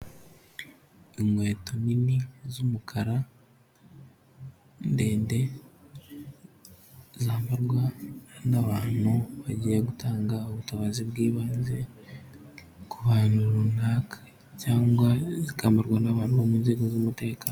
Inkweto nini z'umukara ndende zambarwa n'abantu bagiye gutanga ubutabazi bw'ibanze ku bantu runaka cyangwa zikambarwa n'abantu bo mu nzego z'umutekano.